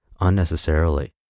unnecessarily